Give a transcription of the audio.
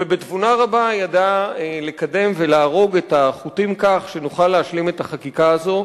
ובתבונה רבה ידע לקדם ולארוג את החוטים כך שנוכל להשלים את החקיקה הזאת.